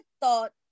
thought